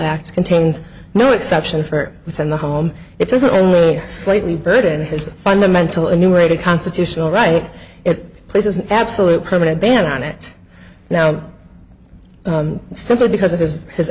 acts contains no exception for within the home it doesn't only slightly burden his fundamental enumerated constitutional right it places an absolute permanent ban on it now simply because it has his